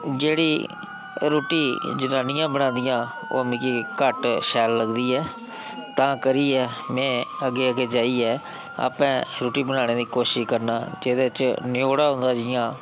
जेह्ड़ी रुट्टी जनानियां बनांदियां ओह् मिगी घट्ट शैल लगदी ऐ तां करियै में अग्गें अग्गें जाइयै आपूं रुट्टी बनाने दी कोशिश करना जेह्दे च न्यौड़ा होग जि'यां